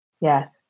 Yes